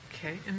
Okay